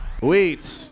wait